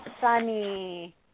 Sunny